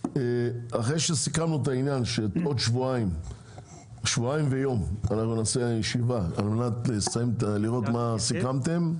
סיכמנו שבעוד שבועיים ויום אנחנו נקיים ישיבה על מנת לראות מה סיכמתם.